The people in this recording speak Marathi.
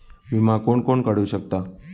विमा कोण कोण काढू शकता?